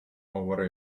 over